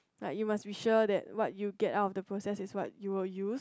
like you must be sure that what you get out of the process is what you will use